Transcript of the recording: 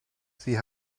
sie